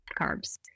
carbs